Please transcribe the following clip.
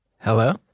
Hello